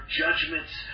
judgments